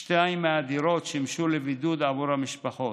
שתיים מהדירות שימשו לבידוד עבור המשפחות.